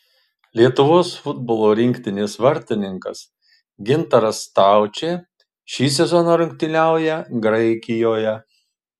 lietuvos futbolo rinktinės vartininkas gintaras staučė šį sezoną rungtyniauja graikijoje